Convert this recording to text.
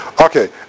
Okay